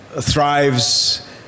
thrives